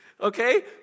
Okay